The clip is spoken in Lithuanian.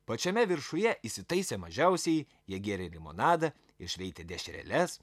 pačiame viršuje įsitaisė mažiausieji jie gėrė limonadą ir šveitė dešreles